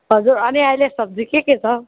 हजुर अनि अहिले सब्जी के के छ